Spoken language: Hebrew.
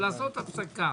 אבל לעשות הפסקה